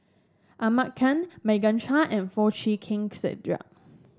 Ahmad Khan Morgan Chua and Foo Chee Keng Cedric